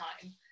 time